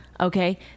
okay